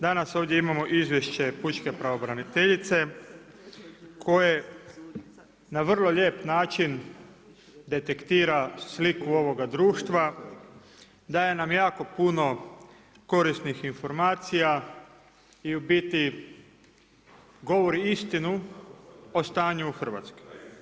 Danas ovdje imamo Izvješće pučke pravobraniteljice koje na vrlo lijep način detektira sliku ovoga društva, daje nam jako puno korisnih informacija i u biti govori istinu o stanju u Hrvatskoj.